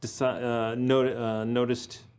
Noticed